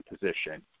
position